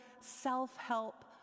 self-help